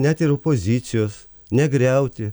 net ir pozicijos negriauti